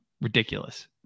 ridiculous